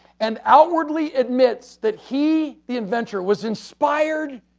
and outwardly admits that he the inventor was inspired